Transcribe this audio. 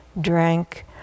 drank